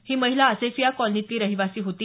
ही महिला आसेफिया कॉलनीतली रहिवासी होती